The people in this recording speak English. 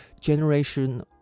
generation